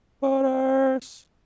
Butters